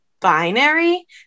binary